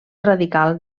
radical